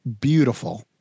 beautiful